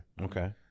Okay